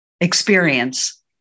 experience